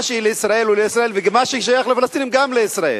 מה שלישראל הוא לישראל ומה שייך לפלסטינים הוא גם לישראל.